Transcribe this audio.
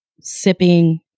sipping